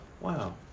Wow